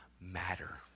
matter